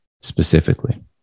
specifically